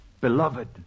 beloved